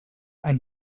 ein